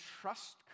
trust